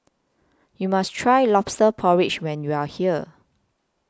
YOU must Try Lobster Porridge when YOU Are here